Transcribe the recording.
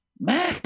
Man